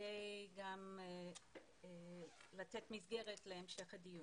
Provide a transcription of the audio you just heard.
כדי לתת מסגרת להמשך הדיון.